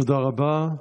תודה רבה.